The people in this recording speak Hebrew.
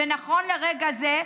ונכון לרגע זה,